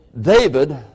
David